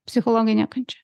psichologinė kančia